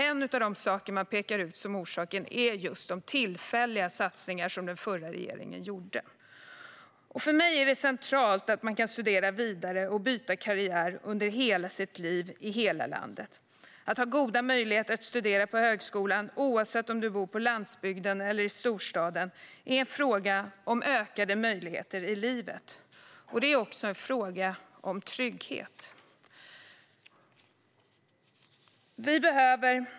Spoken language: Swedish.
En av de saker man pekar ut som orsaken är de tillfälliga satsningar som den förra regeringen gjorde. För mig är det centralt att man kan studera vidare och byta karriär under hela sitt liv i hela landet. Att ha goda möjligheter att studera på högskola oavsett om man bor på landsbygden eller i storstaden är en fråga om ökade möjligheter i livet. Det är också en fråga om trygghet.